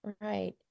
Right